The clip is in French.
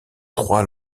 trois